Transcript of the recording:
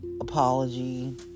apology